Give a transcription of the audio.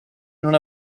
non